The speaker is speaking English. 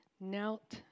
knelt